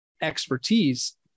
expertise